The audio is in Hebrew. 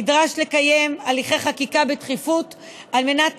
נדרש לקיים הליכי חקיקה בדחיפות על מנת